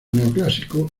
neoclásico